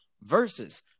versus